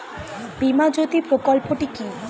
বীমা জ্যোতি প্রকল্পটি কি?